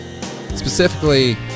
specifically